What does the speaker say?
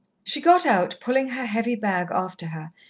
she got out, pulling her heavy bag after her,